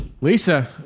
Lisa